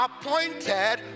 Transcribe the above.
Appointed